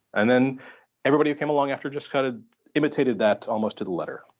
and then everybody who came along after just kind of imitated that almost to the letter.